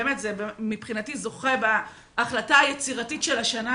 ומבחינתי זה זוכה בהחלטה היצירתית של השנה,